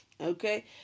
Okay